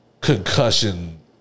concussion